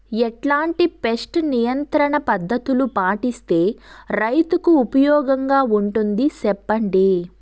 ఎట్లాంటి పెస్ట్ నియంత్రణ పద్ధతులు పాటిస్తే, రైతుకు ఉపయోగంగా ఉంటుంది సెప్పండి?